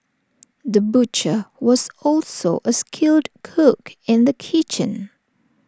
the butcher was also A skilled cook in the kitchen